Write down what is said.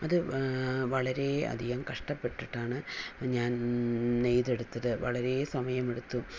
അത് വളരെയധികം കഷ്ട്ടപ്പെട്ടിട്ടാണ് ഞാൻ നെയ്തെടുത്തത് വളരെ സമയമെടുത്തു